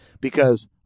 because-